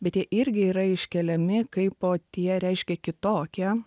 bet jie irgi yra iškeliami kaipo tie reiškia kitokie